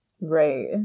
Right